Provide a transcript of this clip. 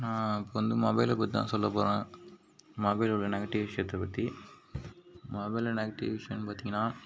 நான் இப்போ வந்து மொபைலை பற்றிதான் சொல்லபோறேன் மொபைலில் உள்ள நெகட்டிவ் விஷயத்தை பற்றி மொபைலில் நெகட்டிவ் விஷயம்னு பார்த்திங்கனா